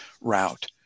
route